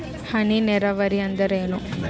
ಹನಿ ನೇರಾವರಿ ಎಂದರೇನು?